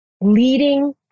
leading